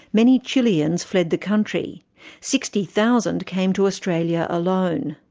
many chileans fled the country sixty thousand came to australia alone.